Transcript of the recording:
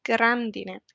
Grandine